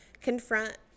confront